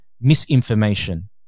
misinformation